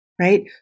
Right